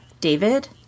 david